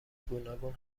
گوناگون